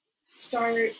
start